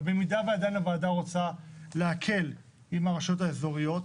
אבל במידה והוועדה רוצה להקל עם הרשויות האזוריות,